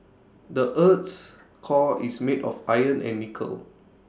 the Earth's core is made of iron and nickel